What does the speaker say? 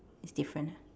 it's different ah